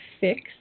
fix